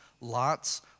lots